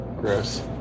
gross